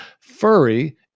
Furry